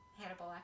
Hannibal